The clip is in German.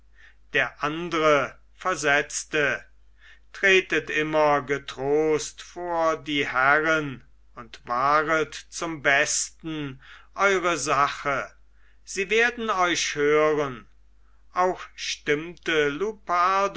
der andre versetzte tretet immer getrost vor die herren und wahret zum besten eure sache sie werden euch hören auch stimmte